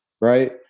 Right